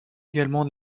également